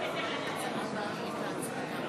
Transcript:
ביטול קיצור מאסר לאסירים ביטחוניים),